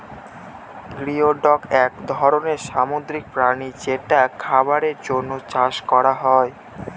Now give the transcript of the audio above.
geoduck এক ধরনের সামুদ্রিক প্রাণী যেটা খাবারের জন্য চাষ করা হয়